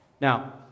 Now